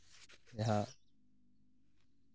ᱡᱟᱦᱟᱸ